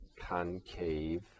concave